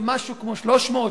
ומשהו כמו 300,